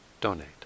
donate